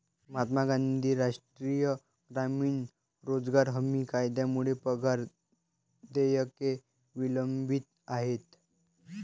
महात्मा गांधी राष्ट्रीय ग्रामीण रोजगार हमी कायद्यामुळे पगार देयके विलंबित आहेत